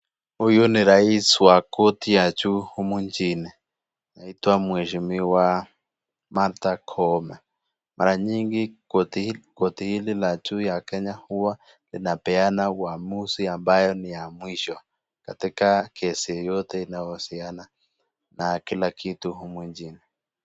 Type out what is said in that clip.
Huyu ni raisi wa korti ya juu humu nchini. Anaitwa mheshimiwa Martha Koome. Mara nyingi korti hili la juu ya Kenya huwa linapeana uamuzi ambayo ni ya mwisho katika kesi yoyote inayohusiana na kila kitu humu nchini.